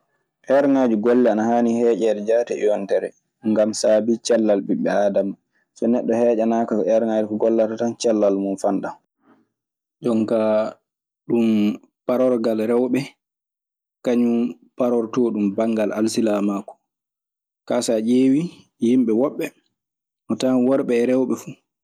Eerŋaaji golle ana haani heeƴeede jaati e yontere. Ngam saabii cellal ɓiɓɓe aadama. so neɗɗo heeƴanaaka eerŋaaji ko gollata tan cellal mun fanɗan.